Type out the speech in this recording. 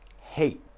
hate